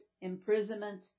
imprisonment